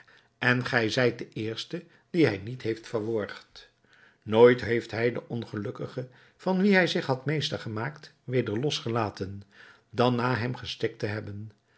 en gij zijt de eerste dien hij niet heeft verworgd nooit heeft hij den ongelukkige van wien hij zich had meester gemaakt weder losgelaten dan na hem gestikt te hebben